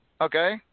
Okay